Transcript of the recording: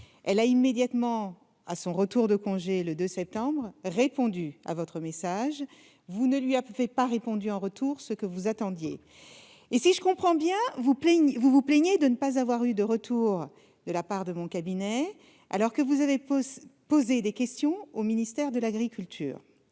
le 26 août dernier. À son retour de congé, le 2 septembre, elle a immédiatement répondu à votre message. Vous ne lui avez pas indiqué en retour ce que vous attendiez. Si je comprends bien, vous vous plaignez de ne pas avoir eu de réponse de la part de mon cabinet alors que vous avez adressé des questions au ministère de l'agriculture.